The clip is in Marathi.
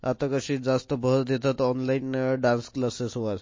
आता कसे जास्त भर देतात ऑनलाईन डान्स क्लासेसवर